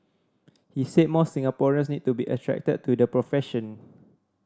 he said more Singaporeans need to be attracted to the profession